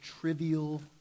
trivial